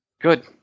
Good